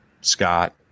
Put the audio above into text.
Scott